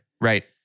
Right